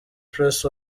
press